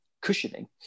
cushioning